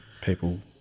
people